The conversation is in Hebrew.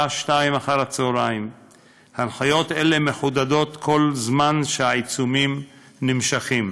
14:00. הנחיות אלו מחודדות כל זמן שהעיצומים נמשכים.